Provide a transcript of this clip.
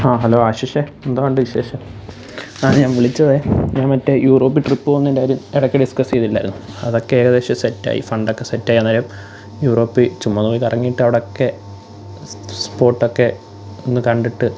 ആ ഹലോ ആഷിഷെ എന്തോ ഉണ്ട് വിശേഷം ആ ഞാൻ വിളിച്ചതേ ഞാൻ മറ്റേ യൂറോപ്പിൽ ട്രിപ്പ് പോവുന്നതിൻ്റെ കാര്യം ഇടയ്ക്ക് ഡിസ്കസ് ചെയ്തില്ലായിരുന്നോ അതൊക്കെ ഏകദേശം സെറ്റായി ഫണ്ടൊക്കെ സെറ്റായി അന്നേരം യൂറോപ്പിൽ ചുമ്മാ ഒന്നുപോയി കറങ്ങിയിട്ട് അവിടെയൊക്കെ സ്പോട്ടൊക്കെ ഒന്ന് കണ്ടിട്ട്